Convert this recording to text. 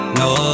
no